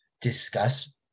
discuss